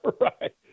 Right